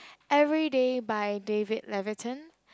Everyday by David-Leviathan